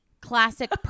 classic